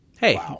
hey